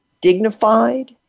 dignified